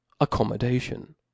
Accommodation